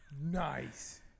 Nice